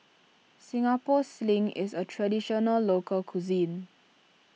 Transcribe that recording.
Singapore Sling is a Traditional Local Cuisine